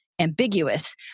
Ambiguous